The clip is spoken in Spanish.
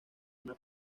una